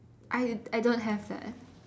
I I don't have that